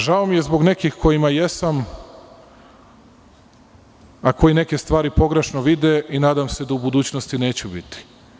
Žao mi je zbog nekih kojima jesam, a koji neke stvari pogrešno vide i nadam se da u budućnosti neću biti.